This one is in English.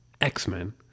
X-Men